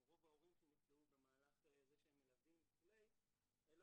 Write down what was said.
רוב ההורים שנפגעים במהלך זה שהם מלווים וכו' לא